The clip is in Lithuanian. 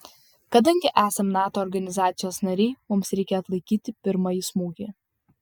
kadangi esam nato organizacijos nariai mums reikia atlaikyti pirmąjį smūgį